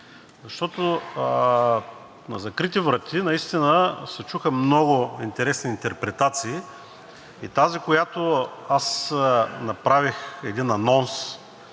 защото на закрити врати наистина се чуха много интересни интерпретации. Тази, която аз направих – един анонс